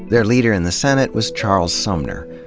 their leader in the senate was charles sumner,